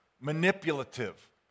manipulative